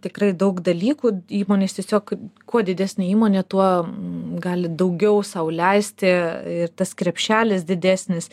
tikrai daug dalykų įmonės tiesiog kuo didesnė įmonė tuo gali daugiau sau leisti ir tas krepšelis didesnis